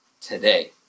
today